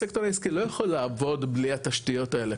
הסקטור העסקי לא יכול לעבוד בלי התשתיות האלה,